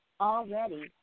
already